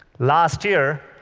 last year,